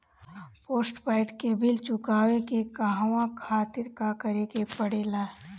Postpaid के bill चुकावे के कहवा खातिर का करे के पड़ें ला?